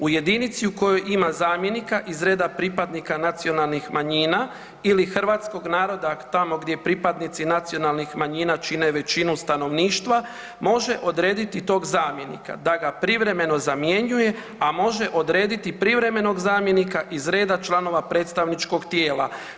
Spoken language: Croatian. U jedinici u kojoj ima zamjenika iz reda pripadnika nacionalnih manjina ili hrvatskog naroda tamo gdje pripadnici nacionalnih manjina čine većinu stanovništva može odrediti tog zamjenika da ga privremeno zamjenjuje, a može odrediti privremenom zamjenika iz reda članova predstavničkog tijela.